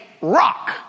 rock